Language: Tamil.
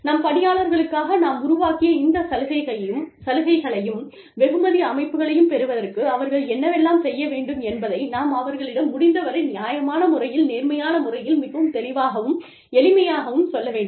நம் பணியாளர்களுக்காக நாம் உருவாக்கிய இந்த சலுகைகளையும் வெகுமதி அமைப்புகளையும் பெறுவதற்கு அவர்கள் என்னவெல்லாம் செய்ய வேண்டும் என்பதை நாம் அவர்களிடம் முடிந்தவரை நியாயமான முறையில் நேர்மையான முறையில் மிகவும் தெளிவாகவும் எளிமையாகவும் சொல்ல வேண்டும்